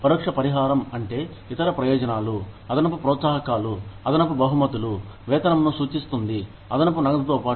పరోక్ష పరిహారం అంటే ఇతర ప్రయోజనాలు అదనపు ప్రోత్సాహకాలు అదనపు బహుమతులు వేతనంను సూచిస్తుంది అదనపు నగదుతో పాటు